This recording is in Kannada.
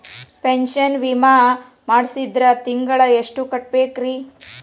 ಪೆನ್ಶನ್ ವಿಮಾ ಮಾಡ್ಸಿದ್ರ ತಿಂಗಳ ಎಷ್ಟು ಕಟ್ಬೇಕ್ರಿ?